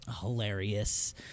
hilarious